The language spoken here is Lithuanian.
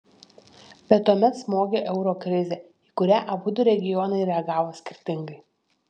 bet tuomet smogė euro krizė į kurią abudu regionai reagavo skirtingai